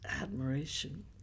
admiration